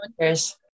Cheers